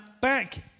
back